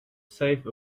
save